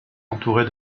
entourée